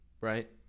right